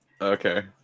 okay